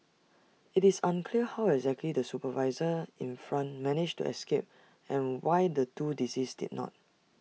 IT is unclear how exactly the supervisor in front managed to escape and why the two deceased did not